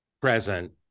present